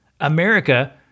America